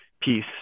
piece